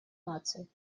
наций